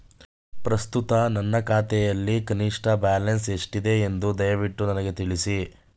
ಪ್ರಸ್ತುತ ನನ್ನ ಖಾತೆಯಲ್ಲಿ ಕನಿಷ್ಠ ಬ್ಯಾಲೆನ್ಸ್ ಎಷ್ಟಿದೆ ಎಂದು ದಯವಿಟ್ಟು ನನಗೆ ತಿಳಿಸಿ